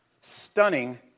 stunning